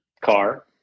car